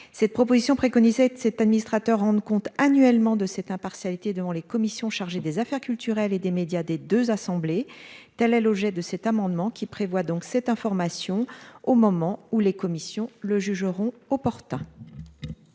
Cette proposition préconisait de cet administrateur rende compte annuellement de cette impartialité devant les commissions chargées des affaires culturelles et des médias, des 2 assemblées tel logeait de cet amendement qui prévoit donc cette information au moment où les commissions le jugeront opportun.